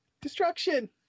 Destruction